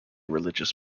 religious